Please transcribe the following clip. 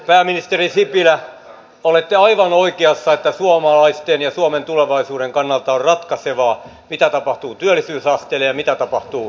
pääministeri sipilä olette aivan oikeassa että suomalaisten ja suomen tulevaisuuden kannalta on ratkaisevaa mitä tapahtuu työllisyysasteelle ja mitä tapahtuu työttömyydelle